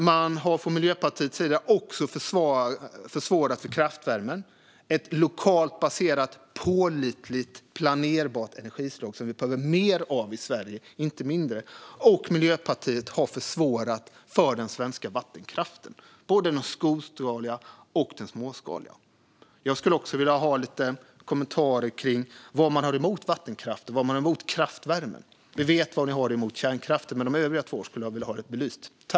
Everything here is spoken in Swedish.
Man har från Miljöpartiets sida försvårat för kraftvärmen - ett lokalt baserat, pålitligt, planerbart energislag som vi behöver mer av i Sverige, inte mindre. Miljöpartiet har också försvårat för den svenska vattenkraften, både den storskaliga och den småskaliga. Jag skulle också vilja ha några kommentarer om vad man har emot vattenkraften och vad man har emot kraftvärmen. Vi vet vad ni har emot kärnkraften, men de andra två skulle jag vilja ha belysta.